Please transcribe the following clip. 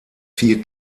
vier